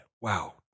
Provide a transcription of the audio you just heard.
Wow